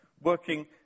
Working